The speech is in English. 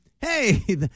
hey